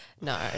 No